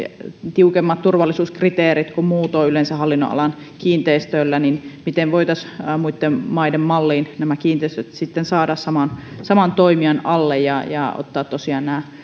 tiukemmat turvallisuuskriteerit kuin muutoin yleensä hallinnonalan kiinteistöillä ja miten voitaisiin muitten maiden malliin nämä kiinteistöt sitten saada saman saman toimijan alle ja ja ottaa tosiaan nämä